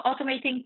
automating